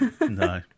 No